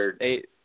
eight